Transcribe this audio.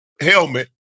helmet